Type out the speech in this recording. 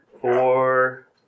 four